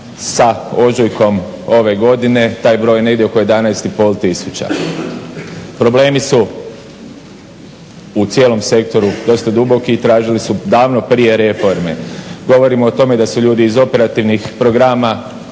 sa ožujkom ove godine taj broj je negdje oko 11500. Problemi su u cijelom sektoru dosta duboki i tražili su davno prije reforme. Govorimo o tome da su ljudi iz operativnih programa